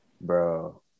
Bro